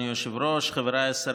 רבותיי,